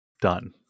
done